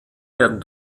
werden